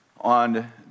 on